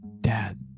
Dad